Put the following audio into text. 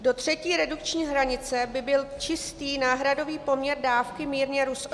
Do třetí redukční hranice by byl čistý náhradový poměr dávky mírně rostoucí.